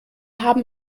haben